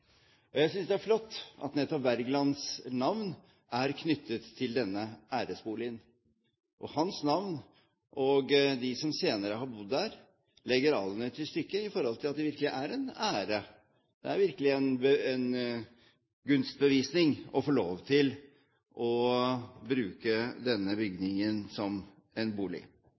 Jeg synes det er flott at nettopp Wergelands navn er knyttet til denne æresboligen. Hans navn og de som senere har bodd der, legger alener til stykket i forhold til at det virkelig er en ære – det er virkelig en gunstbevisning – å få lov til å bruke denne bygningen som en bolig.